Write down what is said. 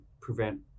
prevent